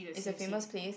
is a famous place